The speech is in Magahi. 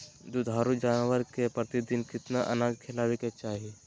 दुधारू जानवर के प्रतिदिन कितना अनाज खिलावे के चाही?